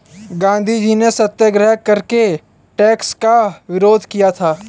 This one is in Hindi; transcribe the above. गांधीजी ने सत्याग्रह करके टैक्स का विरोध किया था